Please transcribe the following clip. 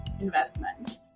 investment